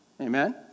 Amen